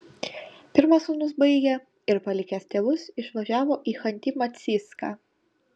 pirmas sūnus baigė ir palikęs tėvus išvažiavo į chanty mansijską